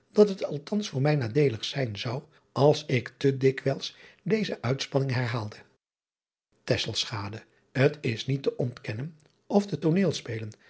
dat het althans voor mij nadeelig zijn zou als ik te dikwijls deze uitspanning herhaalde t s niet te ontkennen of de ooneelspelen